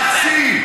חצי.